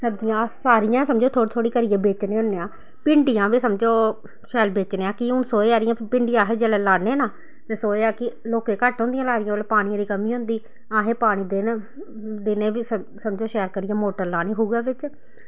सब्जियां अस सारियां गै समझो थोह्ड़ी थोह्ड़ी करियै बेचने होन्ने आं भिंडियां बी समझो शैल बेचने आं कि हून सोहे आह्लियां भिंडियां अस लान्ने ना ते सोए कि लोकें घट्ट होंदियां लाई दियां उसलै पानियें दी कमी होंदी असें पानी दी ना दिनें बी समझो शैल करियै मोटर लानी खूहै बिच्च